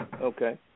Okay